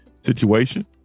situation